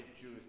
Jews